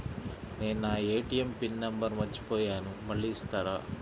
నేను నా ATM pin number మర్చిపోయాను మళ్ళీ ఇస్తారా?